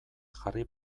jarri